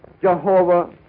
Jehovah